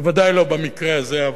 בוודאי לא במקרה הזה.